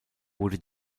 wurde